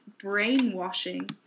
brainwashing